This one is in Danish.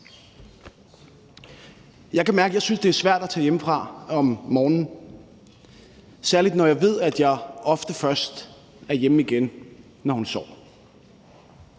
Jeg kan mærke, at jeg synes, det er svært at tage hjemmefra om morgenen, særlig når jeg ved, at jeg ofte først er hjemme igen, når hun sover.